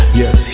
yes